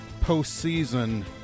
postseason